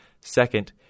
Second